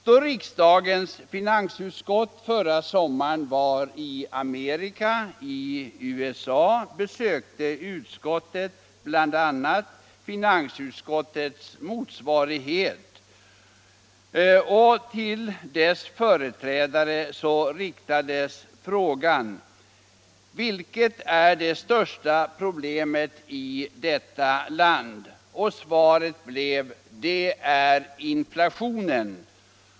Då riksdagens finansutskott förra sommaren var i USA besöktes bl.a. finansutskottets motsvarighet där, och till dess företrädare riktades frågan: Vilket är det största problemet i detta land? Svaret blev: Det är inflationen.